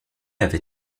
avait